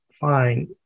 fine